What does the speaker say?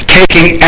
taking